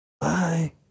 Bye